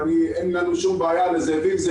אבל אין לנו שום בעיה לזאבים-זאבים,